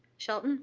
shelton?